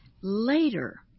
later